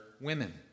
women